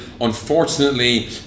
unfortunately